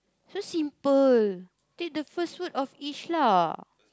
so simple take the first word of each lah